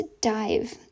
dive